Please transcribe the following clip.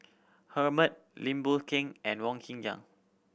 Herman Lim Boon Keng and Wong Kin Jong